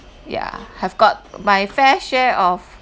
yeah have got my fair share of